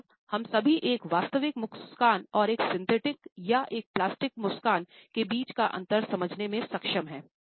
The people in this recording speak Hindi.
लगभग हम सभी एक वास्तविक मुस्कान और एक सिंथेटिक या एक प्लास्टिक मुस्कान के बीच का अंतर समझने में सक्षम हैं